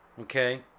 Okay